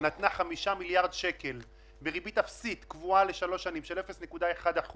נתנה 5 מיליארד שקל בריבית אפסית קבועה לשלוש שנים של 0.1%